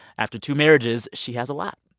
after two marriages, she has a lot.